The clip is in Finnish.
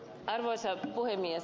arvoisa puhemies